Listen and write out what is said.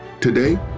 Today